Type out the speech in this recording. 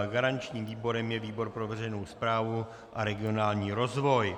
Garančním výborem je výbor pro veřejnou správu a regionální rozvoj.